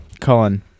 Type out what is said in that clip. Colin